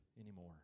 anymore